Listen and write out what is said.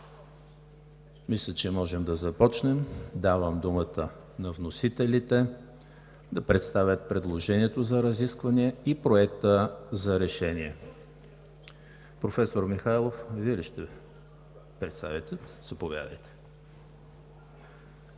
Мисля, че можем да започнем. Давам думата на вносителите да представят предложението за разискване и Проекта на решение. Професор Михайлов, заповядайте.